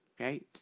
okay